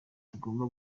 tugomba